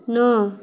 ନଅ